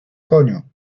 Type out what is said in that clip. koniu